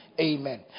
Amen